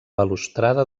balustrada